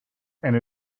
and